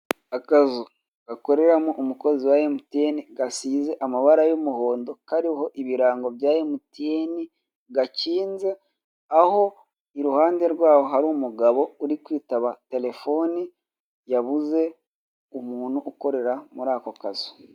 Akazu gakoreramo umukozi wa MTN gasize amabara y'umuhondo kariho ibirango bya MTN gakinze aho iruhande rwaho hari umugabo uri kwitaba terefone yabuze umuntu ukorera muri ako kazu.